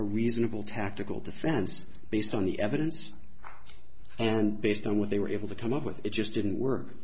a reasonable tactical defense based on the evidence and based on what they were able to come up with it just didn't work